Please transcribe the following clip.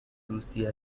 روسیه